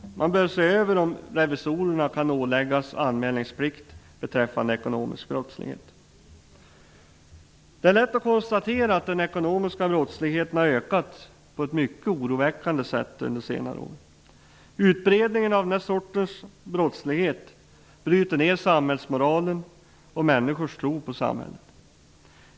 Det bör bl.a. ses över om revisorerna kan åläggas anmälningsplikt beträffande ekonomisk brottslighet. Det är lätt att konstatera att den ekonomiska brottsligheten har ökat på ett mycket oroväckande sätt under senare år. Utbredningen av den här sortens brottslighet bryter ner samhällsmoralen och människors tro på samhället.